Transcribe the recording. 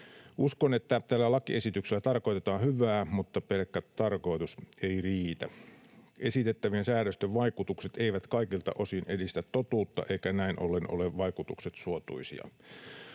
Uskon, että tällä lakiesityksellä tarkoitetaan hyvää, mutta pelkkä tarkoitus ei riitä. Esitettä-vien säädösten vaikutukset eivät kaikilta osin edistä totuutta eivätkä vaikutukset näin